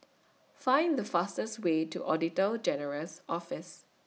Find The fastest Way to Auditor General's Office